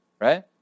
Right